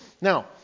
Now